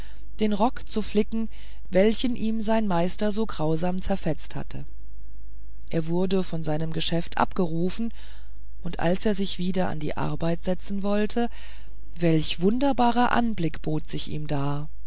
den rock zu flicken welchen ihm sein meister so grausam zerfetzt hatte er wurde von seinem geschäft abgerufen und als er sich wieder an die arbeit setzen wollte welch sonderbarer anblick bot sich ihm dar